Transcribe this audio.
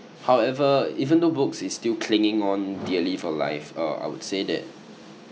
however even though books is still clinging on dearly for life uh I would say that